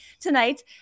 tonight